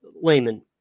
layman